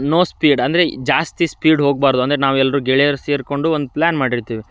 no speed ಅಂದರೆ ಜಾಸ್ತಿ speed ಹೋಗಬಾರ್ದು ಅಂದರೆ ನಾವೆಲ್ಲರೂ ಗೆಳೆಯರು ಸೇರಿಕೊಂಡು ಒಂದು ಪ್ಲಾನ್ ಮಾಡಿರ್ತೀವಿ